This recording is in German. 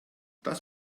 das